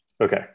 Okay